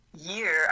year